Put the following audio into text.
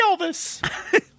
elvis